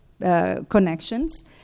connections